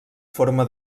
forma